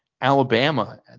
Alabama